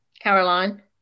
Caroline